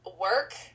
work